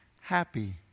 happy